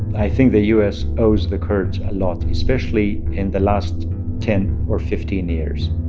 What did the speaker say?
i think the u s. owes the kurds a lot, especially in the last ten or fifteen years.